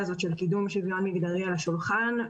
הזאת של קידום שוויון מגדרי על השולחן.